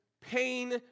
pain